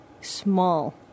small